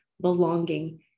belonging